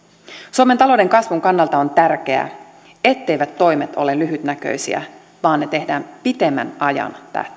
suomen talouden kasvun kannalta on tärkeää etteivät toimet ole lyhytnäköisiä vaan ne tehdään pidemmän ajan